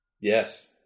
Yes